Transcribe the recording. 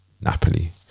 Napoli